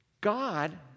God